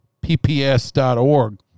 pps.org